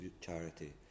charity